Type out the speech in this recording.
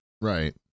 Right